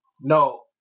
no